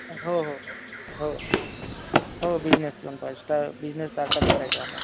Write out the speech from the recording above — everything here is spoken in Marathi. हो हो हो हो हो बिजनेस पण पाय स्टार बिजनेस स्टार्टप करायचा आहे आम्हाला